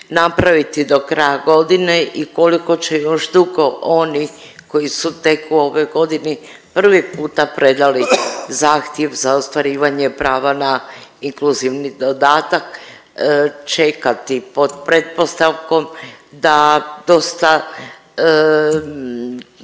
napraviti do kraja godine i koliko će još dugo oni koji su tek u ovoj godini prvi puta predali zahtjev za ostvarivanje prava na inkluzivni dodatak čekati, pod pretpostavkom da dosta